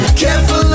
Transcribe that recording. careful